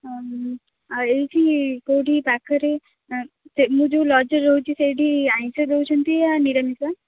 ହଁ ଆଉ ଏଇଠି କେଉଁଠି ପାଖରେ ସେ ମୁଁ ଯେଉଁ ଲଜ୍ରେ ରହୁଛି ସେଇଠି ଆଇଁଷ ଦଉଛନ୍ତି ୟା ନିରାମିଷ